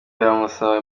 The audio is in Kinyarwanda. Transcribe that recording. biramusaba